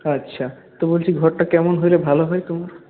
আচ্ছা তো বলছি ঘরটা কেমন হলে ভালো হয় তোমার